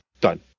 Done